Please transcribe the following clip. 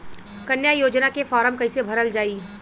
कन्या योजना के फारम् कैसे भरल जाई?